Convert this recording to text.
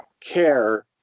care